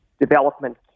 Development